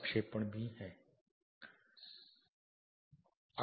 फिर हमारे पास ऑर्थोग्राफिक प्रोजेक्शन है